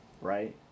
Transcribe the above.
right